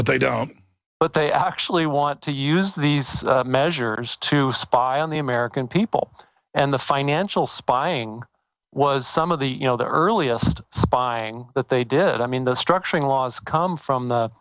but they don't but they actually want to use these measures to spy on the american people and the financial spying was some of the you know the earliest spying that they did i mean the structuring laws come